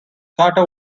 carter